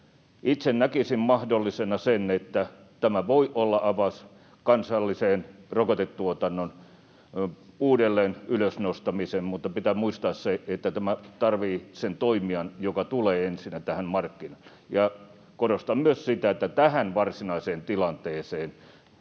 itse näkisin mahdollisena sen, että tämä voi olla avaus kansallisen rokotetuotannon uudelleen ylösnostamiseen, mutta pitää muistaa se, että tämä tarvitsee sen toimijan, joka tulee ensinnä tähän markkinoille. Ja korostan myös sitä, että tähän varsinaiseen tilanteeseen